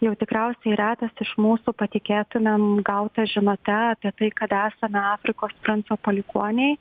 jau tikriausiai retas iš mūsų patikėtumėm gauta žinute apie tai kad esame afrikos princo palikuoniai